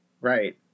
Right